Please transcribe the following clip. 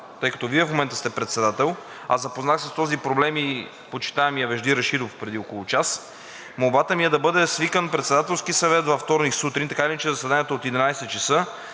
тъй като Вие в момента сте председател, запознах с този проблем и почитаемия Вежди Рашидов преди около час. Молбата ми е да бъде свикан Председателски съвет във вторник сутрин, така или иначе заседанието е от 11,00